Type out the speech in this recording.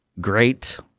great